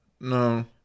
No